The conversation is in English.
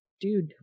dude